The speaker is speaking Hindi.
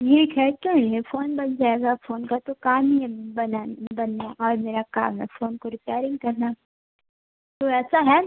ठीक है तो ये फ़ोन बन जाएगा फ़ोन का तो काम ही है बनान बनना और मेरा काम है फ़ोन को रिपेयरिंग करना तो ऐसा हैं